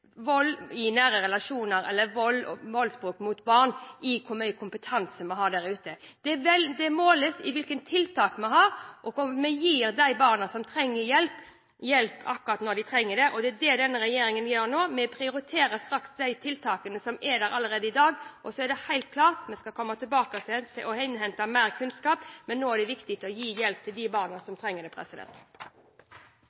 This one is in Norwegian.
mot barn måles ikke i hvor mye kompetanse vi har der ute. Det måles i hvilke tiltak vi har, og om vi gir de barna som trenger hjelp, hjelp akkurat når de trenger det. Det er det denne regjeringen gjør nå. Vi prioriterer de tiltakene som er der allerede i dag. Det er helt klart at vi skal komme tilbake og innhente mer kunnskap, men nå er det viktig å gi hjelp til de barna som